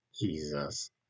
Jesus